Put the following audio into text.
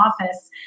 office